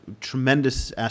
tremendous